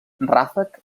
ràfec